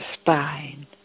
spine